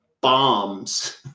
bombs